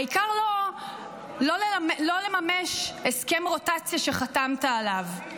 העיקר לא לממש הסכם רוטציה שחתמת עליו.